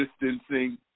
distancing